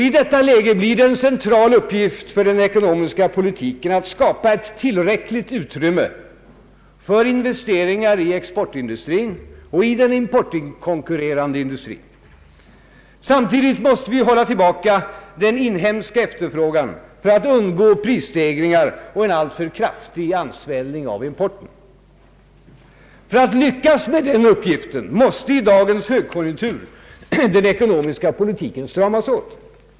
I detta läge blir det en cen tral uppgift för den ekonomiska politiken att skapa ett tillräckligt utrymme för investeringar i exportindustrin och i den importkonkurrerande industrin. Samtidigt måste vi hålla tillbaka den inhemska efterfrågan för att undgå prisstegringar och en alltför kraftig ansvällning av importen. För att lyckas med den uppgiften måste i dagens högkonjunktur den ekonomiska politiken stramas åt.